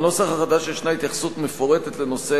בנוסח החדש ישנה התייחסות מפורטת לנושא